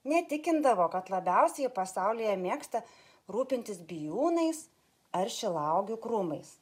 neįtikindavo kad labiausiai pasaulyje mėgsta rūpintis bijūnais ar šilauogių krūmais